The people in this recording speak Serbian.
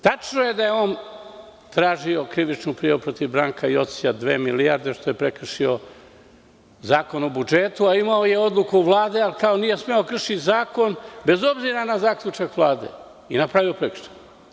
Tačno je da je on tražio krivičnu prijavu protiv Branka Jocića, što je prekršio Zakon o budžetu, dve milijarde, a imao je odluku Vlade, ali kao nije smeo da krši zakon bez obzira na zaključak Vlade i napravio je prekršaj.